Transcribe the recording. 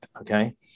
okay